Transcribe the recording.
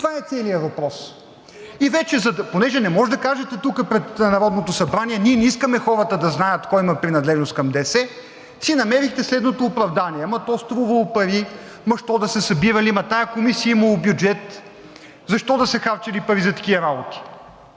това е целият въпрос. И понеже не може да кажете тук пред Народното събрание – ние не искаме хората да знаят кой има принадлежност към ДС, си намерихте следното оправдание – ама то струвало пари, ама що да се събирали, ама тази комисия имала бюджет, защо да се харчели пари за такива работи!